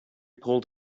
pulled